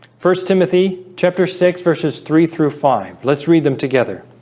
first timothy chapter six verses three through five. let's read them together